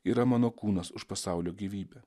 yra mano kūnas už pasaulio gyvybę